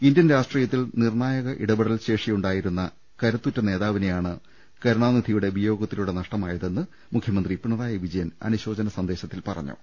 Indian രാഷ്ട്രീയത്തിൽ നിർണ്ണായക ഇടപെടൽ ശേഷിയുണ്ടായിരുന്ന കരുത്തുറ്റ നേതാവിനെയാണ് കരുണാനിധിയുടെ വിയോഗത്തിലൂടെ നഷ്ടമായതെന്ന് മുഖ്യമന്ത്രി പിണറായി വിജയൻ അനുശോചന സന്ദേശത്തിൽ പറഞ്ഞു